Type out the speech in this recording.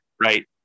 right